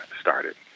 started